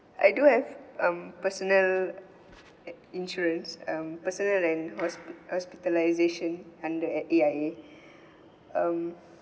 I do have um personal a~ insurance um personal and hosp~ hospitalisation under at A_I_A um